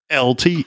LT